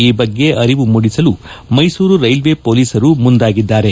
ಈ ಬಗ್ಗೆ ಅರಿವು ಮೂಡಿಸಲು ಮೈಸೂರು ರೈಲ್ವೆ ಹೊಲೀಸರು ಮುಂದಾಗಿದ್ದಾರೆ